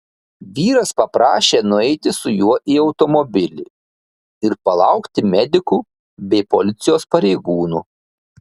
vyras paprašė nueiti su juo į automobilį ir palaukti medikų bei policijos pareigūnų